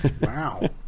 Wow